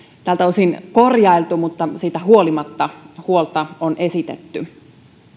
tältä osin korjailtu mutta siitä huolimatta huolta on esitetty